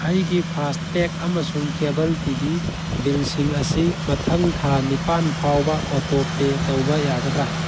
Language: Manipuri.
ꯑꯩꯒꯤ ꯐꯥꯁꯇꯦꯒ ꯑꯃꯁꯨꯡ ꯀꯦꯕꯜ ꯇꯤ ꯚꯤ ꯕꯤꯜꯁꯤꯡ ꯑꯁꯤ ꯃꯊꯪ ꯊꯥ ꯅꯤꯄꯥꯜ ꯐꯥꯎꯕ ꯑꯣꯇꯣ ꯄꯦ ꯇꯧꯕ ꯌꯥꯒꯗ꯭ꯔꯥ